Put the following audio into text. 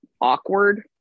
Awkward